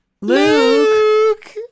Luke